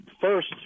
first